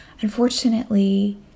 Unfortunately